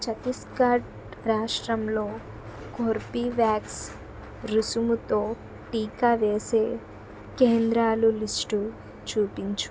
ఛత్తీస్గఢ్ రాష్ట్రంలో కోర్బీవాక్స్ రుసుముతో టీకా వేసే కేంద్రాల లిస్టు చూపించు